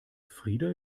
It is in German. frida